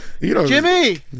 Jimmy